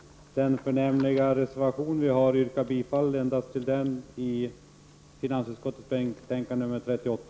Herr talman! Jag vill med hänsyn till den förnämliga reservation som vi har yrka bifall endast till den i finansutskottets betänkande nr 38.